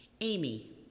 Amy